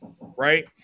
right